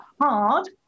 hard